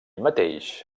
mateix